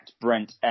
Brent